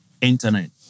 internet